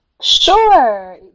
Sure